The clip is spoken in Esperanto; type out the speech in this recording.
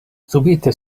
subite